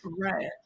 Right